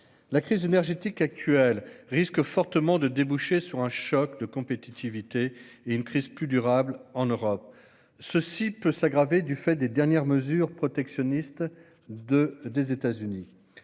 La crise énergétique actuelle risque fortement de déboucher sur un choc de compétitivité et une crise plus durable en Europe, ce risque étant encore plus élevé du fait des dernières mesures protectionnistes prises par les États-Unis.